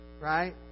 Right